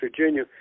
Virginia